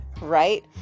right